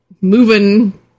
moving